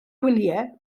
gwyliau